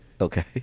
Okay